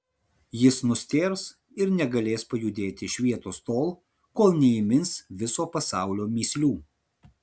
jis nustėrs ir negalės pajudėti iš vietos tol kol neįmins viso pasaulio mįslių